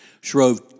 Shrove